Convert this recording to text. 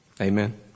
Amen